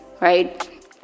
Right